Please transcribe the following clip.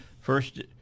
first –